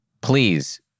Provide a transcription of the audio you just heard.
Please